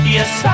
Yes